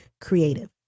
creative